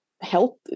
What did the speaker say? health